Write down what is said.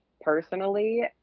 personally